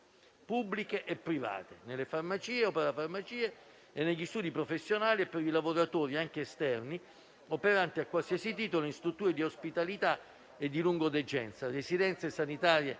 pubbliche e private, nelle farmacie o parafarmacie e negli studi professionali e per i lavoratori anche esterni, operanti a qualsiasi titolo in strutture di ospitalità e di lungodegenza, residenze sanitarie